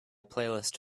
playlist